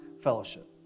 fellowship